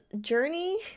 journey